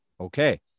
Okay